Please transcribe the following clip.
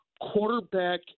Quarterback